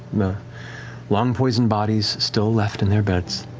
the long-poisoned bodies still left in their beds.